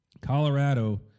Colorado